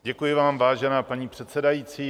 Děkuji vám, vážená paní předsedající.